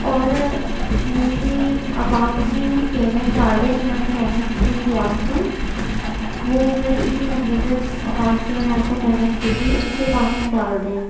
اور میری اکاؤنٹ میں میری پیمنٹ ڈال دیں جو میں نے پیمنٹ کی تھی آپ کو وہ میری اسی نمبر پر جس اکاؤنٹ سے میں نے آپ کو پیمنٹ کی تھی اسی اکاؤنٹ میں ڈال دیں